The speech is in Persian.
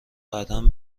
قدم